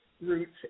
roots